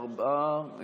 ארבעה,